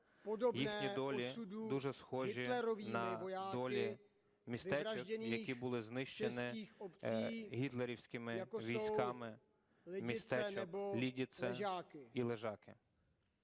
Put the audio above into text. їхні долі дуже схожі на долі містечок, які були знищені гітлерівськими військами, містечок Лідице і Лежаки.